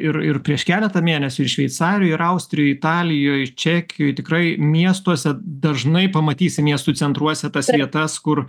ir ir prieš keletą mėnesių ir šveicarijoje ir austrijoje italijoje čekijoje tikrai miestuose dažnai pamatysi miestų centruose tas vietas kur